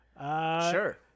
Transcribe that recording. Sure